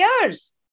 years